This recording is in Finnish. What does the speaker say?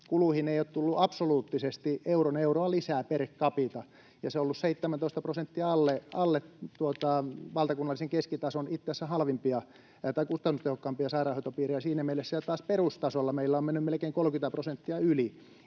kuluihin ei ole tullut absoluuttisesti euron euroa lisää per capita, ja se on ollut 17 prosenttia alle valtakunnallisen keskitason, itse asiassa kustannustehokkaimpia sairaanhoitopiirejä siinä mielessä. Ja taas perustasolla meillä on mennyt melkein 30 prosenttia yli.